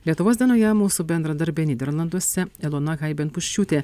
lietuvos danguje mūsų bendradarbė nyderlanduose elona haiben puščiūtė